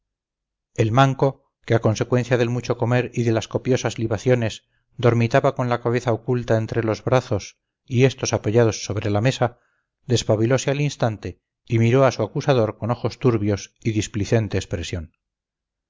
el manco que a consecuencia del mucho comer y de las copiosas libaciones dormitaba con la cabeza oculta entre los brazos y estos apoyados sobre la mesa despabilose al instante y miró a su acusador con ojos turbios y displicente expresión